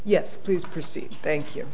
yes please christine thank you